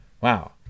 wow